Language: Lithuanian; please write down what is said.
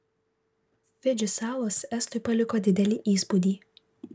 fidži salos estui paliko didelį įspūdį